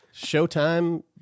showtime